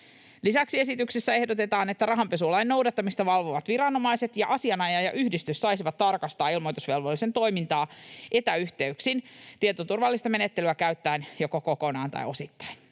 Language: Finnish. Lisäksi esityksessä ehdotetaan, että rahanpesulain noudattamista valvovat viranomaiset ja asianajajayhdistys saisivat tarkastaa ilmoitusvelvollisen toimintaa etäyhteyksin tietoturvallista menettelyä käyttäen joko kokonaan tai osittain.